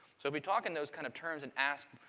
so we talk in those kind of terms and ask,